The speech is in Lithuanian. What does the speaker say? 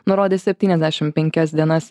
nurodė septyniasdešim penkias dienas